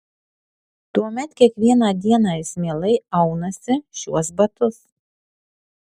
tuomet kiekvieną dieną jis mielai aunasi šiuos batus